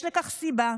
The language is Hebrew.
יש לכך סיבה.